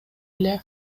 эле